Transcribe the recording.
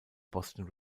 boston